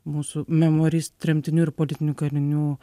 mūsų memoris tremtinių ir politinių kalinių